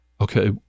okay